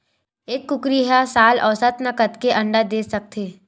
एक कुकरी हर साल औसतन कतेक अंडा दे सकत हे?